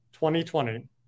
2020